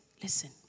listen